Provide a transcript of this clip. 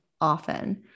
often